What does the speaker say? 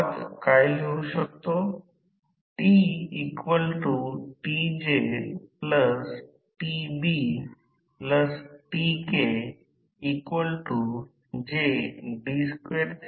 सतत लागू केलेल्या व्होल्टेज आणि मोटरची गती न लोड पासून पूर्ण लोड पर्यंत फारच कमी नसते तर लोडमध्ये बदल होतात